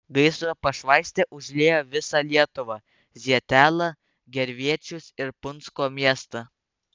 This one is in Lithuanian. gaisro pašvaistė užlieja visą lietuvą zietelą gervėčius ir punsko miestą